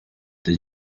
the